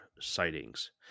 sightings